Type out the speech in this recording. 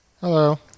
Hello